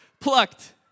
Plucked